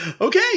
okay